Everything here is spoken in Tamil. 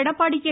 எடப்பாடி கே